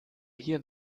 hier